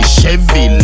Chevy